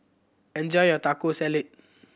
enjoy your Taco Salad